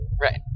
Right